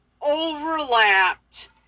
overlapped